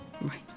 Right